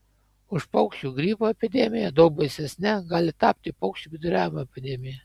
už paukščių gripo epidemiją daug baisesne gali tapti paukščių viduriavimo epidemija